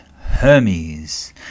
Hermes